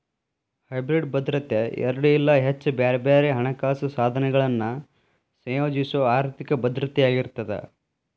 hybrid ಭದ್ರತೆ ಎರಡ ಇಲ್ಲಾ ಹೆಚ್ಚ ಬ್ಯಾರೆ ಬ್ಯಾರೆ ಹಣಕಾಸ ಸಾಧನಗಳನ್ನ ಸಂಯೋಜಿಸೊ ಆರ್ಥಿಕ ಭದ್ರತೆಯಾಗಿರ್ತದ